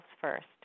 first